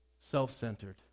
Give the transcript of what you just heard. self-centered